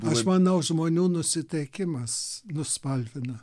aš manau žmonių nusiteikimas nuspalvina